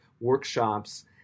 workshops